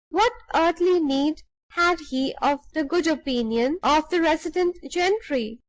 what earthly need had he of the good opinion of the resident gentry?